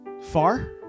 far